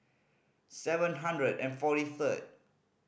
seven hundred and forty third